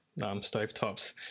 stovetops